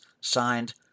signed